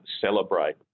celebrate